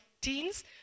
teens